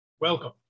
Welcome